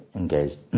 engaged